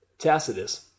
Tacitus